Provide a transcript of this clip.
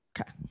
okay